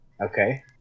Okay